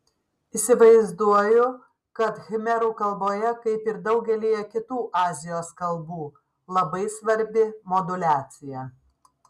įsivaizduoju kad khmerų kalboje kaip ir daugelyje kitų azijos kalbų labai svarbi moduliacija